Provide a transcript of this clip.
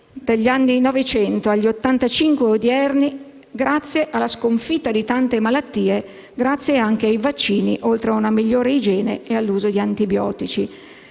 agli ottantacinque odierni, grazie alla sconfitta di tante malattie dovute anche ai vaccini, oltre che a una migliore igiene e all'uso di antibiotici.